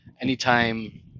anytime